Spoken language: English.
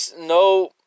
no